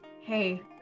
hey